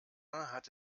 hat